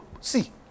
See